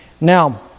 Now